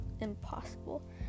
impossible